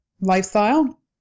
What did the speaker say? lifestyle